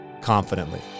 confidently